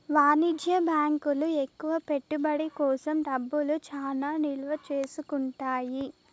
వాణిజ్య బ్యాంకులు ఎక్కువ పెట్టుబడి కోసం డబ్బులు చానా నిల్వ చేసుకుంటాయి